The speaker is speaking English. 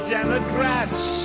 Democrats